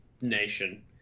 nation